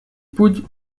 путь